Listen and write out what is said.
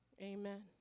Amen